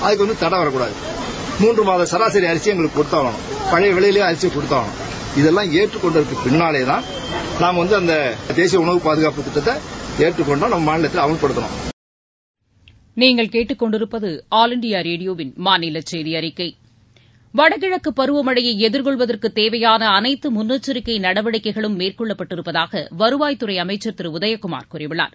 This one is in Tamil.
அதுக்கு வந்து தடை வரக்கூடாது மூன்று மாத சராசரி அரசியை எங்களுக்கு கொடுதாகளும் பழைய விலையிலேயே அரிசியை கொடுத்தாகலும் இதெல்லாம் ஏற்றுக்கொண்டதற்கு பின்னாலேதான் நாங்கள் வந்து அந்த தேசிய உணவு பாதுகாப்பு திட்டத்தை ஏற்றுக்கொண்டோம் நம்ம மாநிலத்திலே அமல்படுத்தினோம் வடகிழக்கு பருவமழையை எதிர்கொள்வதற்கு தேவையான அனைத்து முன்னெச்சரிக்கை நடவடிக்கைகளும் மேற்கொள்ளப்பட்டிருப்பதாக வருவாய்த்துறை அமைச்சர் திரு உதயகுமார் கூறியுள்ளார்